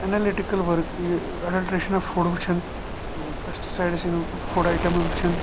بہٕ چھُس کران اینلٹکل ورٕک یہِ ایٚڈلٹرٛیشن آف فوڈ وٕچھان pesticides in food items وٕچھان